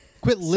Quit